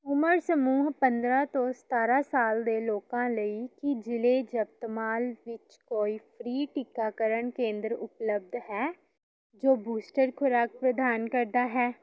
ਉਮਰ ਸਮੂਹ ਪੰਦਰਾਂ ਤੋਂ ਸਤਾਰਾਂ ਸਾਲ ਦੇ ਲੋਕਾਂ ਲਈ ਕੀ ਜਿਲ੍ਹੇ ਯਵਤਮਾਲ ਵਿੱਚ ਕੋਈ ਫ੍ਰੀ ਟੀਕਾਕਰਨ ਕੇਂਦਰ ਉਪਲੱਬਧ ਹੈ ਜੋ ਬੂਸਟਰ ਖੁਰਾਕ ਪ੍ਰਦਾਨ ਕਰਦਾ ਹੈ